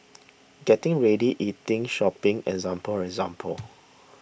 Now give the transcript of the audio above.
getting ready eating shopping example example